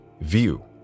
view